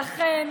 לכן,